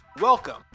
welcome